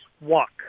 walk